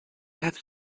have